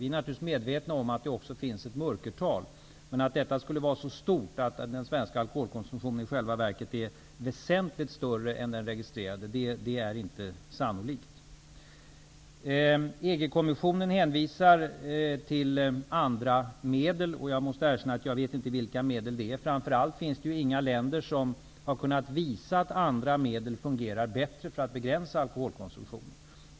Vi är naturligtvis medvetna om att det också finns ett mörkertal, men att detta skulle vara så stort att den svenska alkoholkonsumtionen i själva verket är väsentligt större än den registrerade är inte sannolikt. EG-kommissionen hänvisar till ''andra medel'', och jag måste erkänna att jag inte vet vilka dessa medel är. Framför allt har inga länder kunnat visa att andra medel för att begränsa alkoholkonsumtionen har fungerat bättre.